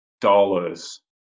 dollars